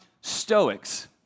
stoics